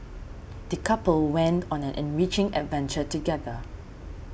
the couple went on an enriching adventure together